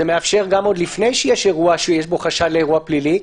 זה מאפשר גם עוד לפני שיש אירוע שיש בו חשד לאירוע פלילי,